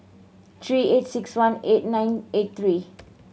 three eight six one eight nine eight three